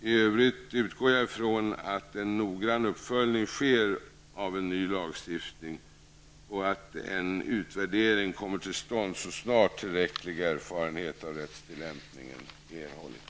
I övrigt utgår jag från att en noggrann uppföljning sker av en ny lagstiftning och att en utvärdering kommer till stånd så snart tillräcklig erfarenhet av rättstillämpningen erhållits.